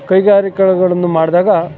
ಕೈಗಾರಿಕೆಗಳನ್ನು ಮಾಡಿದಾಗ